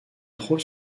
trouve